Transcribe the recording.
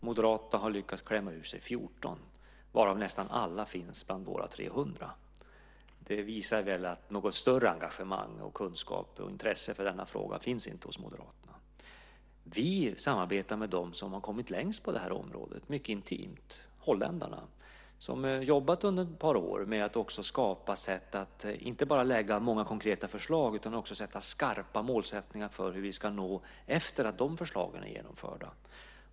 Moderaterna har lyckats klämma ur sig 14, varav nästan alla finns bland våra 300. Det visar väl att något större engagemang, kunskap och intresse för denna fråga inte finns hos Moderaterna. Vi samarbetar mycket intimt med dem som har kommit längst på det här området, holländarna som har jobbat under ett par år, med att inte bara lägga fram konkreta förslag utan också sätta skarpa mål för vad vi ska nå efter det att förslagen är genomförda.